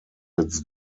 its